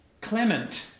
clement